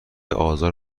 آزار